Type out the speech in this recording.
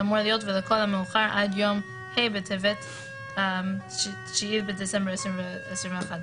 ולכל המאוחר עד יום ה׳ בטבת התשפ׳׳ב (9 בדצמבר 2021)